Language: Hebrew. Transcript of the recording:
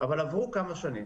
אבל עברו כמה שנים